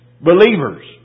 Believers